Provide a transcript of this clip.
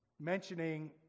mentioning